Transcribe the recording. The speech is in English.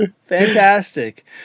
fantastic